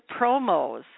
promos